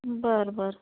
बरं बरं